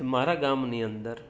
મારા ગામની અંદર